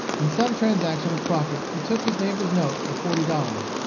in some transaction with crockett he took his neighbor's note for forty dollars.